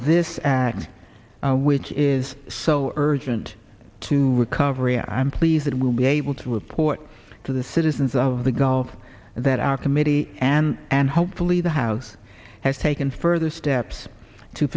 this act which is so urgent to recovery i'm pleased that we'll be able to report to the citizens of the gulf that our committee and hopefully the house has taken further steps to